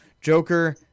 Joker